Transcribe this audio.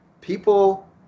people